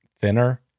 thinner